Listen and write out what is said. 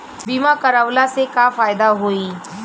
बीमा करवला से का फायदा होयी?